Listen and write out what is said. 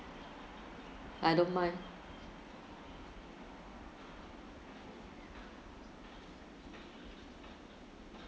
I don't mind